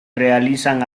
realizan